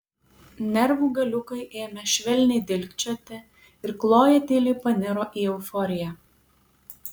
nervų galiukai ėmė švelniai dilgčioti ir kloja tyliai paniro į euforiją